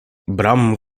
bram